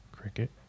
Cricket